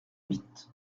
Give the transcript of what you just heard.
huit